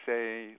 say